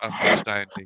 understanding